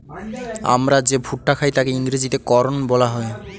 আমরা যে ভুট্টা খাই তাকে ইংরেজিতে কর্ন বলা হয়